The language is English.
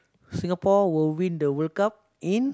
Singapore will win the World Cup in